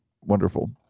wonderful